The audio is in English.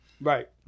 right